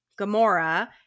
Gamora